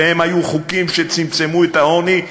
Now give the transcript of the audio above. והם היו חוקים שצמצמו את העוני,